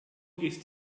ist